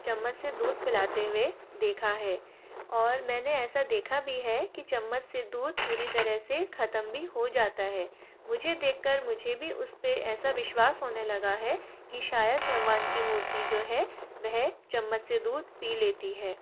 चम्मच से दूध पिलाते हुए देखा है और मैंने ऐसा देखा भी है कि चम्मच से दूध पूरी तरह से खत्म भी हो जाता है मुझे देखकर मुझे भी उस पर ऐसा विश्वास होने लगा है कि शायद भगवान की मूर्ति जो है वह चम्मच से दूध पी लेती है